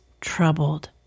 troubled